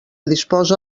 disposa